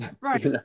right